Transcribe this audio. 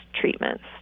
treatments